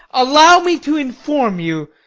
allow me to inform you.